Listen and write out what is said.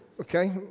Okay